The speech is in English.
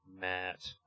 Matt